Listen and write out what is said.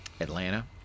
Atlanta